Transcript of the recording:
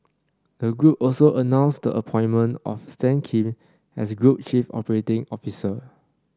the group also announced the appointment of Stan Kim as group chief operating officer